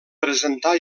presentar